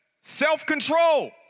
self-control